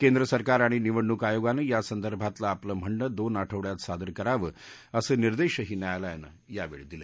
केंद्र सरकार आणि निवडणूक आयोगानं यासंदर्भातलं आपलं म्हणणं दोन आठवड्यात सादर करावं असे निर्देशही न्यायालयानं यावेळी दिले